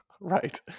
Right